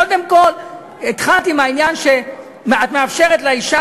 קודם כול התחלת עם העניין שאת מאפשרת לאישה